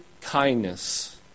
kindness